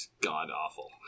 god-awful